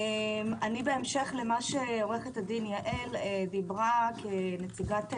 בהמשך לדבריה של עו"ד יעל כנציגת להב,